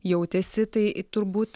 jautėsi tai turbūt